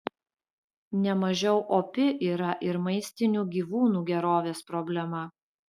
nemažiau opi yra ir maistinių gyvūnų gerovės problema